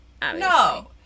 No